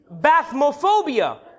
Bathmophobia